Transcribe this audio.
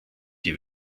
die